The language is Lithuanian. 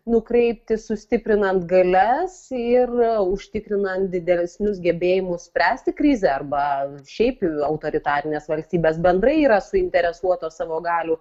nukreipti sustiprinant galias ir užtikrinant didesnius gebėjimus spręsti krizę arba šiaip autoritarinės valstybės bendrai yra suinteresuotos savo galių